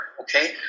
okay